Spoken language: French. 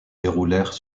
déroulèrent